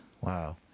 Wow